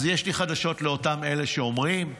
אז יש לי חדשות לאותם אלה שאומרים: